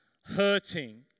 hurting